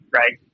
right